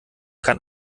kann